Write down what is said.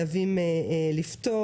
שחייבים לפתור.